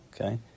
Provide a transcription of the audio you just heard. okay